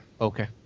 Okay